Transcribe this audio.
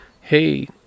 hey